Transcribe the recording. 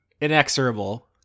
inexorable